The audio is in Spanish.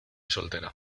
soltera